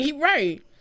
Right